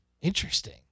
Interesting